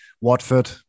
Watford